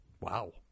Wow